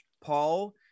Paul